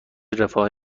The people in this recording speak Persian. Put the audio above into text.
رفاه